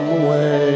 away